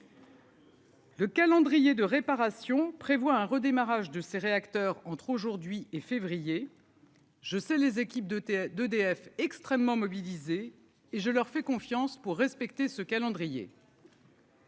Le calendrier de réparation prévoit un redémarrage de ses réacteurs entre aujourd'hui et février je sais, les équipes de tête d'EDF extrêmement mobilisés, et je leur fais confiance pour respecter ce calendrier.